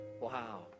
wow